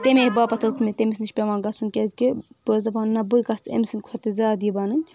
تَمے باپَتھ ٲس مےٚ تٔمِس نِش پٮ۪وان گژھُن کیٛازکہِ بہٕ ٲس دَپان نَہ بہٕ گژھٕ أمۍ سٕنٛدۍ کھۄتہٕ تہِ زیادٕ یہِ بَنٕنۍ